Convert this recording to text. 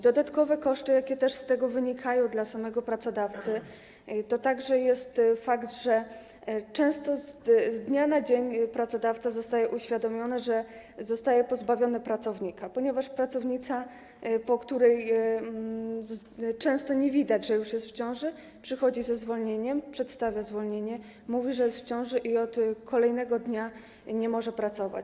Dodatkowe koszty, jakie też z tego wynikają dla samego pracodawcy, wiążą się także z tym, że często z dnia na dzień pracodawca jakby zostaje uświadomiony, że jest pozbawiony pracownika, ponieważ pracownica, po której często nie widać tego, że już jest w ciąży, przychodzi ze zwolnieniem, przedstawia zwolnienie, mówi, że jest w ciąży i od kolejnego dnia nie może pracować.